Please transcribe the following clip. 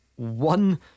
One